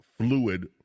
fluid